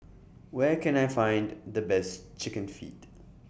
Where Can I Find The Best Chicken Feet